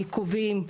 העיכובים.